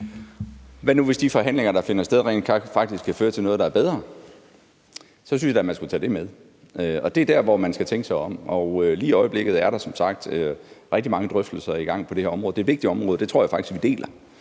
Hvad nu, hvis de forhandlinger, der finder sted, rent faktisk vil føre til noget, der er bedre? Så synes jeg da, at man skulle tage det med. Det er der, hvor man skal tænke sig om, og lige i øjeblikket er der som sagt rigtig mange drøftelser i gang på det her område. Det er et vigtigt område, og den opfattelse tror jeg faktisk vi deler.